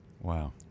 Wow